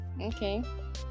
Okay